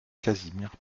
casimir